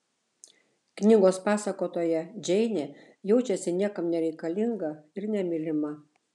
knygos pasakotoja džeinė jaučiasi niekam nereikalinga ir nemylima